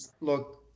look